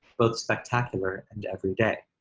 both spectacular and every day.